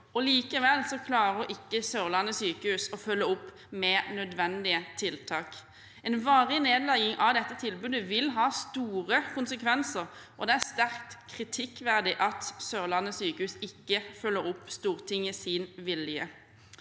likevel klarer ikke Sørlandet sykehus HF å følge det opp med nødvendige tiltak. Varig nedlegging av dette tilbudet vil ha store konsekvenser. Det er sterkt kritikkverdig at Sørlandet sykehus ikke følger opp Stortingets vilje.